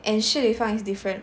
and Shi Li Fang is different